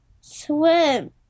swim